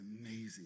amazing